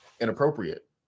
inappropriate